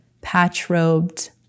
patch-robed